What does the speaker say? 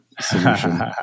solution